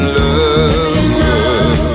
love